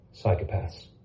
Psychopaths